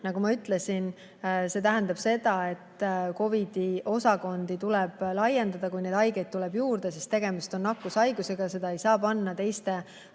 Nagu ma ütlesin, see tähendab seda, et COVID-i osakondi tuleb laiendada, kui neid haigeid tuleb juurde. Tegemist on nakkushaigusega, neid inimesi ei saa panna teiste